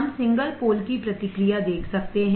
हम single pole की प्रतिक्रिया देख सकते हैं